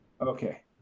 Okay